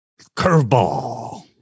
Curveball